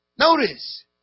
Notice